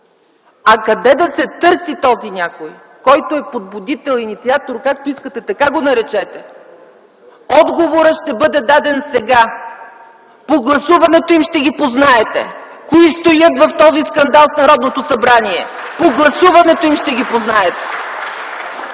А къде да се търси този някой, който е подбудител, инициатор – както искате, така го наречете? Отговорът ще бъде даден сега - по гласуването им ще ги познаете! Кои стоят зад този скандал в Народното събрание – по гласуването им ще ги познаете!